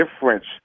difference